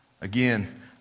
Again